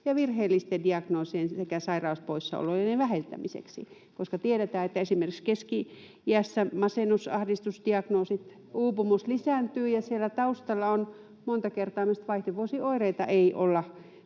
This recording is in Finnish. ja virheellisten diagnoosien sekä sairauspoissaolojen vähentämiseksi” — koska tiedetään, että esimerkiksi keski-iässä masennus‑ ja ahdistusdiagnoosit ja uupumus lisääntyvät ja siellä taustalla on monta kertaa, että vaihdevuosioireita ei olla